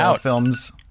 films